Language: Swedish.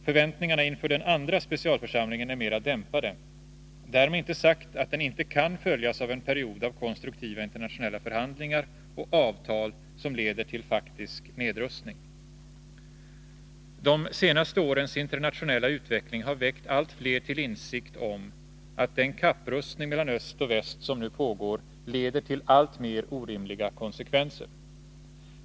Förväntningarna inför den andra specialförsamlingen är mera dämpade — därmed inte sagt att den inte kan följas av en period av konstruktiva internationella förhandlingar och avtal som leder till faktisk nedrustning. De senaste årens internationella utveckling har väckt allt fler till insikt om att den kapprustning mellan öst och väst som nu pågår leder till alltmer orimliga konsekvenser.